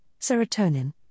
serotonin